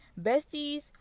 besties